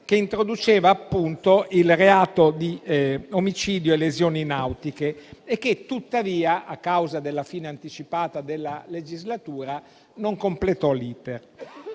che introduceva appunto il reato di omicidio e lesioni nautiche e che, tuttavia, a causa della fine anticipata della legislatura, non completò l'*iter*.